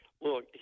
look